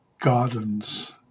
gardens